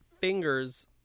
fingers